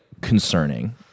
concerning